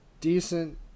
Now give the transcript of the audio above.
decent